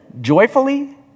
Joyfully